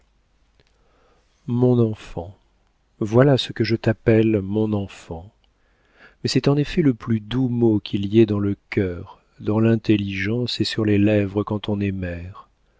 mon enfant voilà que je t'appelle mon enfant mais c'est en effet le plus doux mot qu'il y ait dans le cœur dans l'intelligence et sur les lèvres quand on est mère